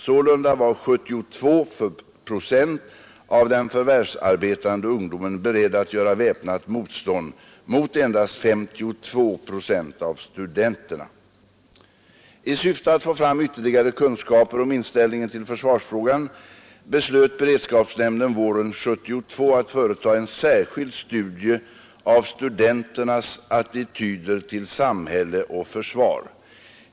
Sålunda var 72 procent av den förvärvsarbetande ungdomen beredd att göra väpnat motstånd mot endast 52 procent av studenterna. I syfte att få fram ytterligare kunskaper om inställningen till försvarsfrågan beslöt beredskapsnämnden våren 1972 att företa en särskild studie av studenternas attityder till samhälle och försvar.